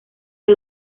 las